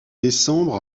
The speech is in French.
décembre